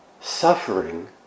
suffering